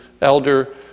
elder